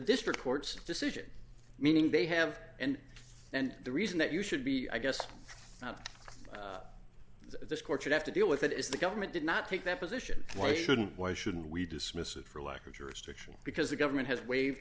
district court's decision meaning they have and and the reason that you should be i guess this court should have to deal with it is the government did not take that position why shouldn't why shouldn't we dismiss it for lack of jurisdiction because the government has waived